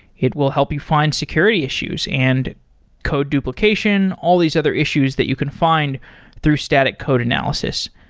it will help you find security issues and code duplication, all these other issues that you can find through static code analysis.